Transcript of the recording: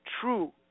true